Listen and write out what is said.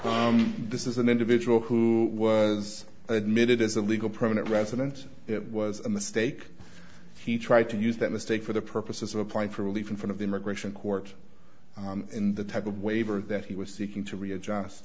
this is an individual who was admitted as a legal permanent resident it was a mistake he tried to use that mistake for the purposes of applying for relief in front of the immigration court in the type of waiver that he was seeking to